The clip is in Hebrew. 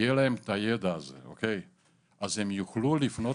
יהיה להם את הידע הזה אז הם יוכלו לפנות